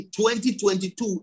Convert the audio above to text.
2022